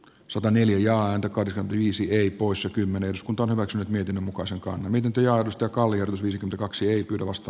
sataneljä ääntä kaksi viisi poissa kymmenen skonto hyväksynyt mietinnön mukaisen kahminut ajatusta kaalia kaksi ipyluvasta